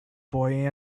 boy